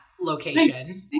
location